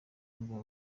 biba